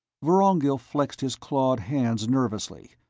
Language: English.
vorongil flexed his clawed hands nervously,